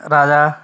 ਰਾਜਾ